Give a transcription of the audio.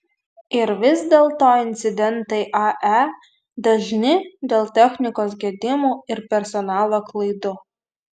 ir vis dėlto incidentai ae dažni dėl technikos gedimų ir personalo klaidų